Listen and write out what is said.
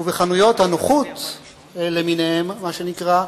ובחנויות הנוחות למיניהן, מה שנקרא,